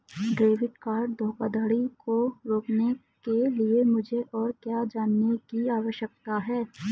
Debit card धोखाधड़ी को रोकने के लिए मुझे और क्या जानने की आवश्यकता है?